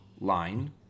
line